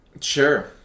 Sure